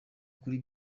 kuri